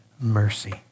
mercy